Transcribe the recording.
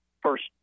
first